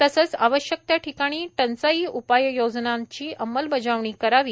तसंच आवश्यक त्या ठिकाणी टंचाई उपाययोजनांची अंमलबजावणी करावी